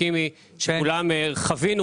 בנק הפועלים עשה דבר נכון, וחשבתי שכל הבנקים יעשו